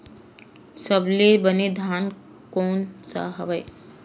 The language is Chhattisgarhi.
सबले बने धान कोन से हवय?